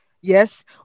yes